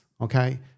okay